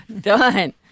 Done